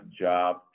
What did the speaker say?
job